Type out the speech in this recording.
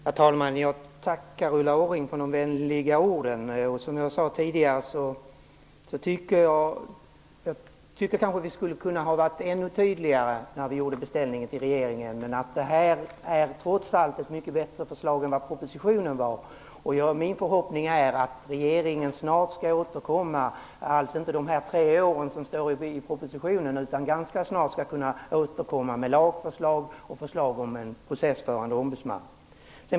Herr talman! Jag tackar Ulla Orring för de vänliga orden. Som jag sade tidigare tycker jag att vi kunde ha varit ännu tydligare när vi gjorde beställningen till regeringen. Men detta är trots allt ett mycket bättre förslag än propositionens. Min förhoppning är att regeringen ganska snart -- och inte om tre år som det står i propositionen -- skall återkomma med lagförslag och förslag om en processförande ombudsman.